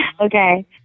okay